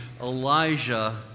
Elijah